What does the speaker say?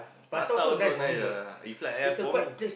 prata also nice ah if like !aiya! for me ya